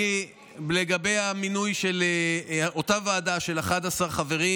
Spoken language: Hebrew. לגבי המינוי של אותה ועדה של 11 חברים,